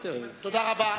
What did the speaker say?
תודה רבה.